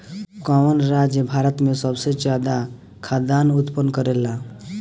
कवन राज्य भारत में सबसे ज्यादा खाद्यान उत्पन्न करेला?